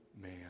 man